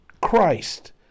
Christ